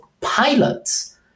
pilots